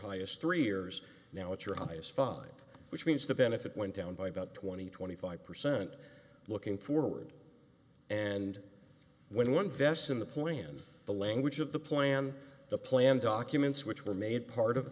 highest three years now at your highest five which means the benefit went down by about twenty twenty five percent looking forward and when one vests in the plan the language of the plan the plan documents which were made part of